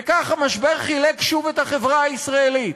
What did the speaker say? וכך המשבר חילק שוב את החברה הישראלית.